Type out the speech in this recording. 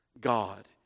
God